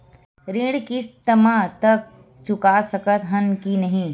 ऋण किस्त मा तक चुका सकत हन कि नहीं?